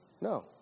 no